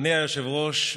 אדוני היושב-ראש,